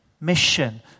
mission